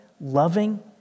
loving